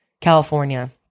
California